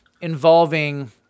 involving